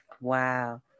Wow